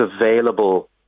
available